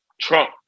trump